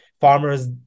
farmers